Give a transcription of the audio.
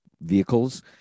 vehicles